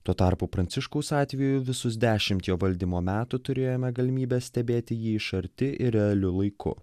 tuo tarpu pranciškaus atveju visus dešimt jo valdymo metų turėjome galimybę stebėti jį iš arti ir realiu laiku